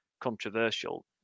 controversial